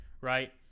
right